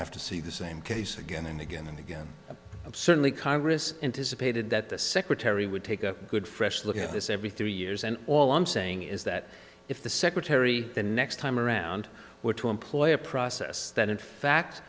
have to see the same case again and again and again and certainly congress and dissipated that the secretary would take a good fresh look at this every three years and all i'm saying is that if the secretary the next time around were to employ a process that in fact